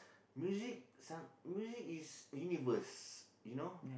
music some music is universe you know